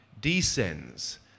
descends